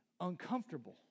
uncomfortable